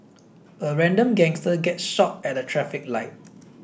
a random gangster gets shot at a traffic light